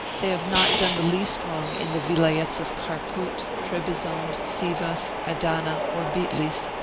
they have not done the least wrong in the vilayets of kharpout, trebizond, sivas, adana, or bitlis,